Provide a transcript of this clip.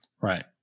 Right